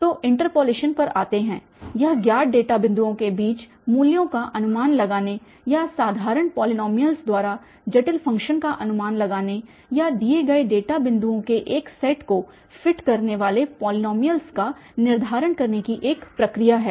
तो इंटरपोलेशन पर आते हैं यह ज्ञात डेटा बिंदुओं के बीच मूल्यों का अनुमान लगाने या साधारण पॉलीनोमीयल्स द्वारा जटिल फ़ंक्शन्स का अनुमान लगाने या दिए गए डेटा बिंदुओं के एक सेट को फिट करने वाले पॉलीनॉमियल का निर्धारण करने की एक प्रक्रिया है